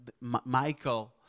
Michael